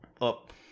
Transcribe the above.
up